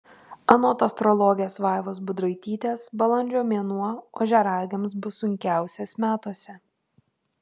anot astrologės vaivos budraitytės balandžio mėnuo ožiaragiams bus sunkiausias metuose